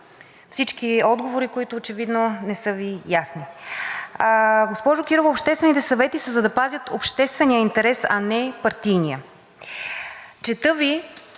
всички отговори, които очевидно не са Ви ясни. Госпожо Кирова, обществените съвети са, за да пазят обществения интерес, а не партийния. Чета Ви